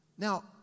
Now